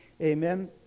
Amen